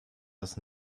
das